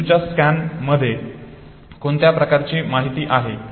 मेंदूच्या स्कॅन मध्ये कोणत्या प्रकारची माहिती आहे